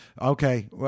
Okay